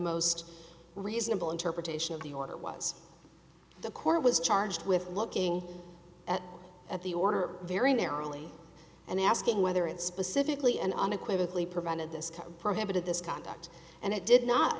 most reasonable interpretation of the order was the court was charged with looking at the order very narrowly and asking whether it specifically and on equivocally prevented this prohibited this conduct and it did not